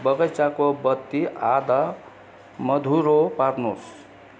बगैँचाको बत्ती आधा मधुरो पार्नुहोस्